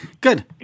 Good